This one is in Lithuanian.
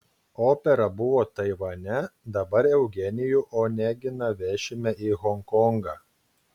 opera buvo taivane dabar eugenijų oneginą vešime į honkongą